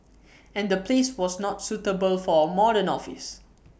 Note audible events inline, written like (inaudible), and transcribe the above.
(noise) and the place was not suitable for A modern office